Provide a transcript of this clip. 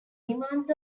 demands